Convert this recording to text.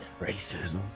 racism